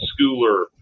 Schooler